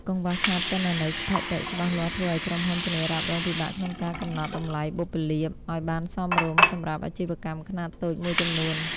កង្វះខាតទិន្នន័យស្ថិតិច្បាស់លាស់ ធ្វើឱ្យក្រុមហ៊ុនធានារ៉ាប់រងពិបាកក្នុងការកំណត់តម្លៃបុព្វលាភ ឱ្យបានសមរម្យសម្រាប់អាជីវកម្មខ្នាតតូចមួយចំនួន។